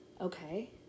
Okay